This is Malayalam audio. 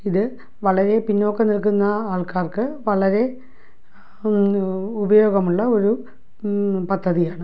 ഇതു വളരെ പിന്നോക്കം നിൽക്കുന്ന ആൾക്കാർക്കു വളരെ ഉപയോഗമുള്ള ഒരു പദ്ധതിയാണ്